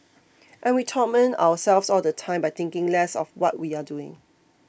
and we torment ourselves all the time by thinking less of what we're doing